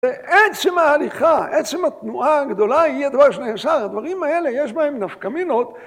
עצם ההליכה, עצם התנועה הגדולה היא הדבר הנאסר, הדברים האלה יש בהם נפקא מינות